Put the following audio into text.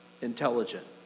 intelligent